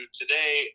today